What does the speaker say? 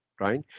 right